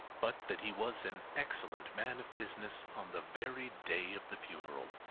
but that he was an excellent man of business on the very day of the funeral,